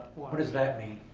what does that mean?